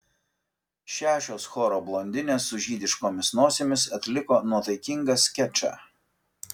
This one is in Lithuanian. šešios choro blondinės su žydiškomis nosimis atliko nuotaikingą skečą